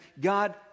God